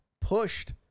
pushed